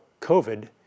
COVID